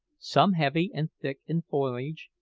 some heavy and thick in foliage,